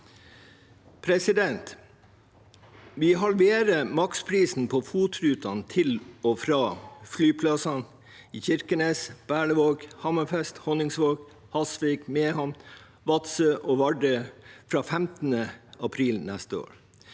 Vi halverer maksprisen på FOT-rutene til og fra flyplassene i Kirkenes, Berlevåg, Hammerfest, Honningsvåg, Hasvik, Mehamn, Vadsø og Vardø fra 15. april neste år.